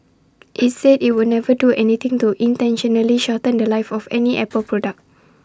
IT said IT would never do anything to intentionally shorten The Life of any Apple product